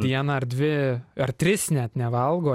dieną ar dvi ar tris net nevalgo